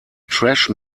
thrash